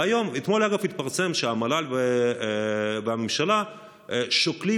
ואתמול אגב התפרסם שהמל"ל והממשלה שוקלים